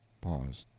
pause.